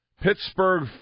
Pittsburgh